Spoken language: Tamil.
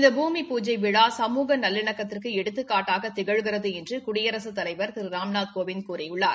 இந்த பூமி பூஜை விழா சமூக நல்லிணக்கத்துக்கு எடுத்துக் காட்டாக திகழ்கிறது என்று குடியரசுத் தலைவர் திரு ராம்நாத் கோவிந்த் கூறியுள்ளார்